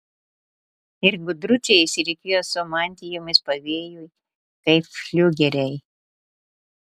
ir gudručiai išsirikiuoja su mantijomis pavėjui kaip fliugeriai